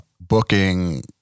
booking